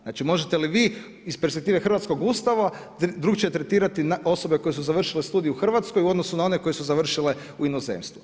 Znači možete li vi iz perspektive hrvatskog Ustava drukčije tretirati osobe koje su završile studij u Hrvatskoj u odnosu na one koje su završile u inozemstvu?